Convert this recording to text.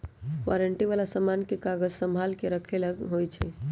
warranty वाला समान के कागज संभाल के रखे ला होई छई